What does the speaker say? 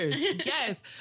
Yes